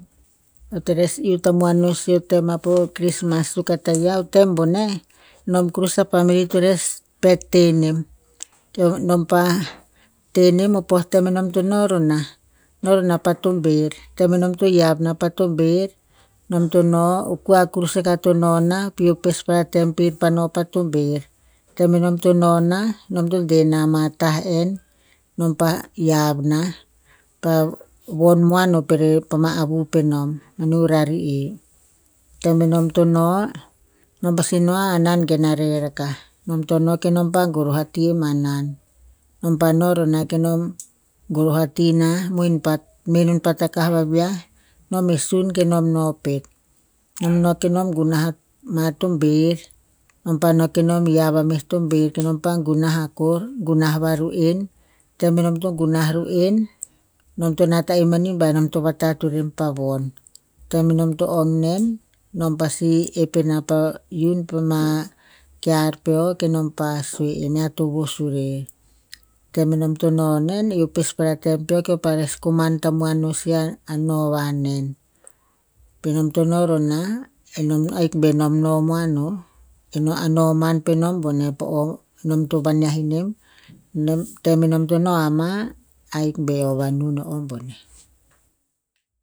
Eo nes iuh tamuan sih o tem a po krismas suk a taiah, o tem boneh nam kurus a family to nes pet teh nem. Nam pa tenem o pah o tem nam to na rona, no roh na pa tomber. Tem enom to hiav nom pa tomber, nom to no kua kurus akah to nona pi o pespara tem pir pa no pa tomber. Tem enom to nonah, nom to deh ama tah enn, nam pa hiav na pa von moan pa ma avu penom, manu rarie. Tem enom to no nom pasi no, hanan gen o reh rakah, nom to no kenom pa goroh ati hanan. Nom pa no kenom goroh vati nah, mohin pa menon pa takah vaviah, kenom sun kenom no pet, nom no kenom gunah mea tomber, nom pa no kenom hiav a mea tomber kenom pa gunah akor gunah va ru'en. Tem nom to gunah ru'en, nam to nat en ba nom to vatat vuren pa von. Tem nom to ong nen, nom pasi ep eni pa iun pa ma kear peo, kenom pa sue ear to vos vurer. Tem enom to noh nen eo pespara tem peo ko pa nes koman tamuan no sih a noh vanen. Penom to noronah ahik benom no moan o, a noh man penom boneh. Po o nom to va nah inem, tem enom to ha enma ahik be eo va nun o- o boneh.